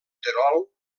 terol